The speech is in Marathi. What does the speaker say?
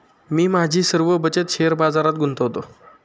मी माझी सर्व बचत शेअर बाजारात गुंतवतो